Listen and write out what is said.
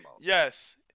Yes